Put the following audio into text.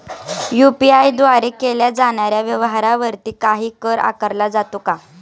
UPI द्वारे केल्या जाणाऱ्या व्यवहारावरती काही कर आकारला जातो का?